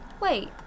Wait